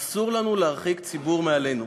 אסור לנו להרחיק ציבור מעלינו.